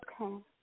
Okay